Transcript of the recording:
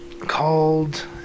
called